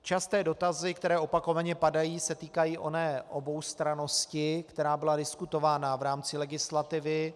Časté dotazy, které opakovaně padají, se týkají oné oboustrannosti, která byla diskutována v rámci legislativy.